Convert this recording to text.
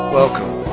welcome